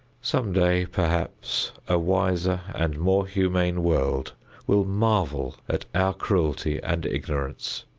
some day, perhaps, a wiser and more humane world will marvel at our cruelty and ignorance,